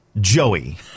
Joey